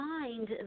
mind